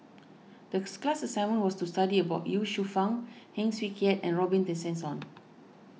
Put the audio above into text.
decks class assignment was to study about Ye Shufang Heng Swee Keat and Robin Tessensohn